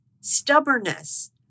stubbornness